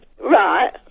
Right